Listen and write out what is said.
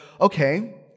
okay